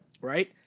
Right